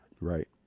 Right